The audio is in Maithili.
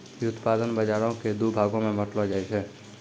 व्युत्पादन बजारो के दु भागो मे बांटलो जाय छै